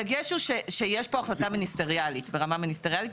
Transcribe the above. הדגש הוא שיש פה החלטה ברמה מיניסטריאלית,